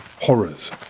horrors